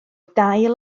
dail